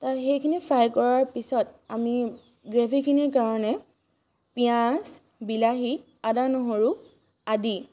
সেইখিনি ফ্ৰাই কৰাৰ পিছত আমি গ্ৰেভীখিনিৰ কাৰণে পিঁয়াজ বিলাহী আদা নহৰু আদি